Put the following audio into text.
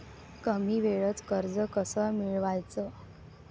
कमी वेळचं कर्ज कस मिळवाचं?